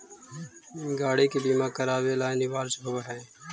गाड़ि के बीमा करावे ला अनिवार्य होवऽ हई